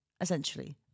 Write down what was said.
essentially